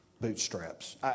Bootstraps